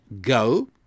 Go